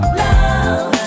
love